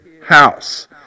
house